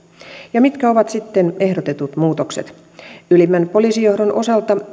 ja mitkä ovat sitten ehdotetut muutokset ylimmän poliisijohdon osalta